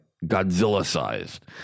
Godzilla-sized